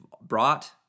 brought